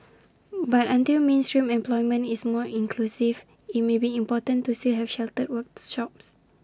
but until mainstream employment is more inclusive IT may be important to see have sheltered workshops